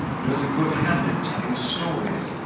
and was a good hand at telling stories.